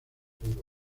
puro